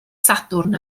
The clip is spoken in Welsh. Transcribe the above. sadwrn